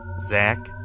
Zach